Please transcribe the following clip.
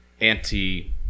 anti